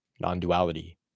non-duality